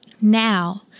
Now